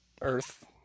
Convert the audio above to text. Earth